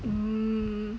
mm